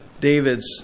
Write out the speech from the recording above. David's